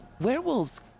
werewolves